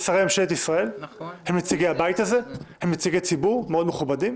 אלה שרי ממשלת ישראל שהם נציגי הבית הזה ונציגי ציבור מאוד מכובדים.